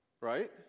Right